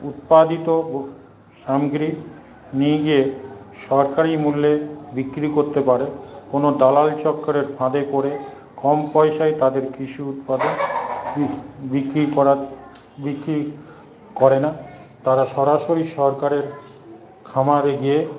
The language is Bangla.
উৎপাদিত সামগ্রিক নিজের সরকারি মূল্যে বিক্রি করতে পারে কোনো দালাল চক্রের ফাঁদে পরে কম পয়সায় তাদের কৃষি উৎপাদন বিক্রি করার বিক্রি করে না তারা সরাসরি সরকারের খামারে গিয়ে